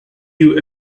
you